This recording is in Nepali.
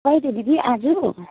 कहिले दिदी आज